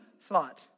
thought